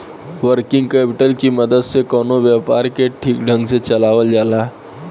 working capital की मदद से कवनो व्यापार के ठीक ढंग से चलावल जाला